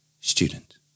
Student